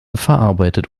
verarbeitet